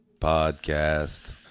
Podcast